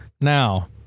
Now